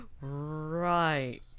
Right